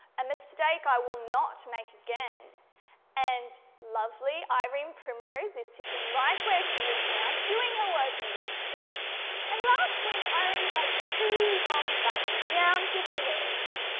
a mistake i will not make again and lovely irene primrose who is sitting right where she is now, doing her work beautifully and last week irene had two long plaits down to her knees.